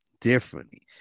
differently